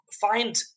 find